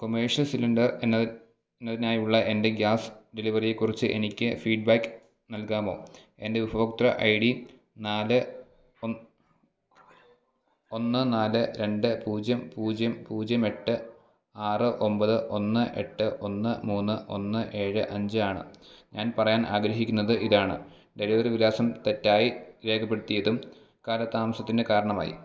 commercial cylinder എന്നത് എന്നതിനായുള്ള എന്റെ ഗ്യാസ് ഡെലിവറിയെക്കുറിച്ച് എനിക്ക് ഫീഡ്ബാക്ക് നൽകാമോ എന്റെ ഉപഭോക്തൃ ഐ ഡി നാല് ഒന്ന് നാല് രണ്ട് പൂജ്യം പൂജ്യം പൂജ്യം എട്ട് ആറ് ഒമ്പത് ഒന്ന് എട്ട് ഒന്ന് മൂന്ന് ഒന്ന് ഏഴ് അഞ്ച് ആണ് ഞാൻ പറയാനാഗ്രഹിക്കുന്നത് ഇതാണ് ഡെലിവറി വിലാസം തെറ്റായി രേഖപ്പെടുത്തിയതും കാലതാമസത്തിനു കാരണമായി